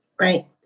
right